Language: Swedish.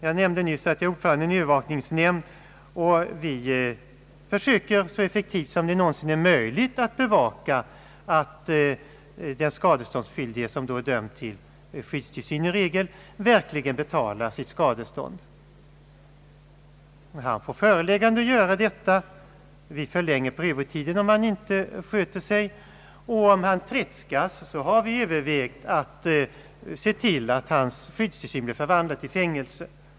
Jag nämnde nyss att jag är ordförande i en övervakningsnämnd, och vi försöker så effektivt som det någonsin är möjligt att bevaka att den skadeståndsskyldige — som då i regel är dömd till skyddstillsyn — verkligen betalar sitt skadestånd. Han får före läggande att göra detta, vi förlänger prövotiden om han inte sköter sig; och vi har som sista påtryckningsmedel mot en tredskande att se till att hans skyddstillsyn förvandlas till fängelse.